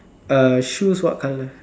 err shoes what color